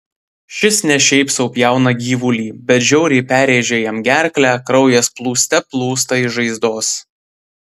šis ne šiaip sau pjauna gyvulį bet žiauriai perrėžia jam gerklę kraujas plūste plūsta iš žaizdos